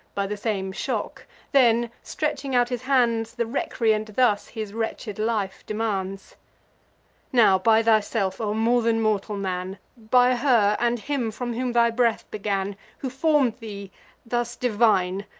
by the same shock then, stretching out his hands, the recreant thus his wretched life demands now, by thyself, o more than mortal man! by her and him from whom thy breath began, who form'd thee thus divine,